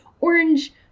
orange